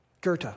Goethe